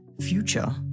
Future